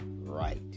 right